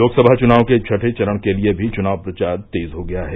लोकसभा चुनाव के छठें चरण के लिये भी चुनाव प्रचार तेज हो गया है